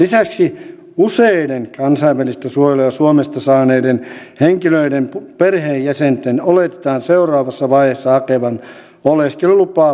lisäksi useiden kansainvälistä suojelua suomesta saaneiden henkilöiden perheenjäsenten oletetaan seuraavassa vaiheessa hakevan oleskelulupaa perhesiteen perusteella